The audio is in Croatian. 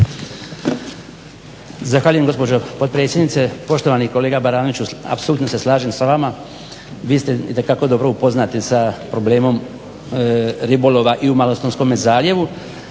Zahvaljujem gospođo potpredsjednice. Poštovani kolega Baranoviću apsolutno se slažem s vama. Vi ste itekako dobro upoznati s problem ribolova i u Malostonskome zaljevu.